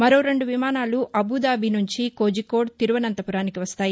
మరో రెండు విమానాలు అబుదాబీ నుంచి కోజికోడ్ తిరువంతపురానికి వస్తాయి